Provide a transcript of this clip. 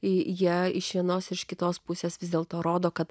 į ją iš vienos iš kitos pusės vis dėlto rodo kad